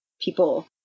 people